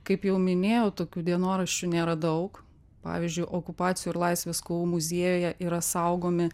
kaip jau minėjau tokių dienoraščių nėra daug pavyzdžiui okupacijų ir laisvės kovų muziejuje yra saugomi